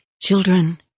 Children